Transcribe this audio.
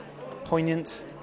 poignant